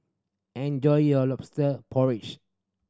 enjoy your Lobster Porridge